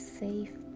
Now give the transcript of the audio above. safe